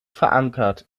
verankert